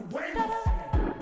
Wednesday